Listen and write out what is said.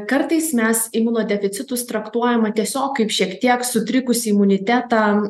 kartais mes imunodeficitus traktuojama tiesiog kaip šiek tiek sutrikusį imunitetą